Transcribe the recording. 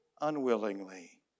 unwillingly